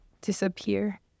disappear